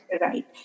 Right